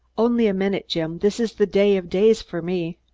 only a minute, jim. this is the day of days for me.